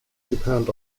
depend